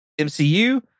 MCU